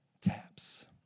Taps